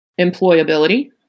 employability